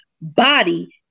body